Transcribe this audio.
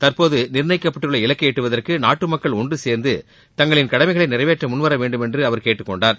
தற்போது நிர்ணயிக்கப்பட்டுள்ள இலக்கை எட்டுவதற்கு நாட்டு மக்கள் ஒன்று சேர்ந்து தங்களின் கடமைகளை நிறைவேற்ற முன்வர வேண்டும் என்று அவர் கேட்டுக்கொண்டார்